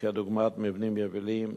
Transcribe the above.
כדוגמת מבנים יבילים,